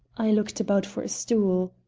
i looked about for a stool.